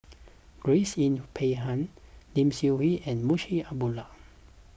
Grace Yin Peck Ha Lim Seok Hui and Munshi Abdullah